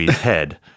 head